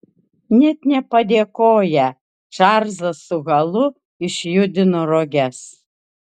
net nepadėkoję čarlzas su halu išjudino roges